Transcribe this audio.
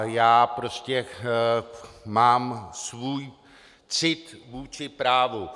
Já prostě mám svůj cit vůči právu.